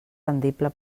rendible